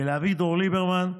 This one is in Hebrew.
ולאביגדור ליברמן,